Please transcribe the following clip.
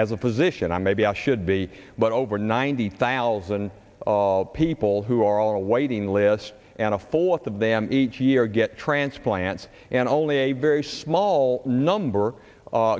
as a physician i maybe i should be but over ninety thousand people who are on a waiting list and a fourth of them each year get transplants and only a very small number